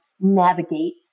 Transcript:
navigate